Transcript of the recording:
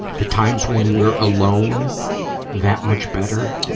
the times when we're alone that much better.